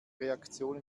reaktion